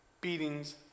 beatings